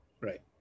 Right